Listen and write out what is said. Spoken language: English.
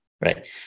right